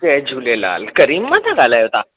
जय झूलेलाल करीम मां था ॻाल्हायो तव्हां